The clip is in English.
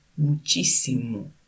muchísimo